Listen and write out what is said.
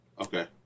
Okay